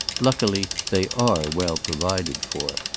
luckily, they are well provided for.